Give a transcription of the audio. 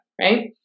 right